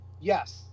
Yes